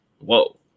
whoa